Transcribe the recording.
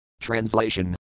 Translation